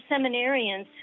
seminarians